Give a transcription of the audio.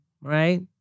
right